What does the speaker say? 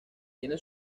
tiene